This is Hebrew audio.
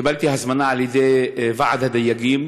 קיבלתי הזמנה מוועד הדייגים